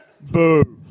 Boom